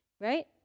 right